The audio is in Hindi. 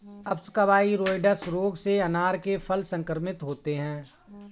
अप्सकवाइरोइड्स रोग से अनार के फल संक्रमित होते हैं